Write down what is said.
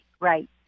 right